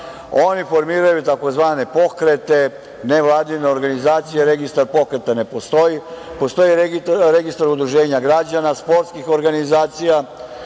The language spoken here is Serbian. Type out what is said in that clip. formiraju tzv. pokrete, nevladine organizacije. Registar pokreta ne postoji. Postoji Registar udruženja građana, sportskih organizacija